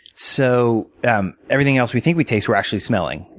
so um everything else we think we taste, we're actually smelling.